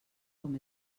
com